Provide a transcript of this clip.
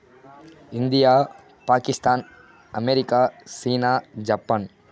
India Pakistan America China Japan